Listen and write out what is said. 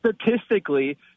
Statistically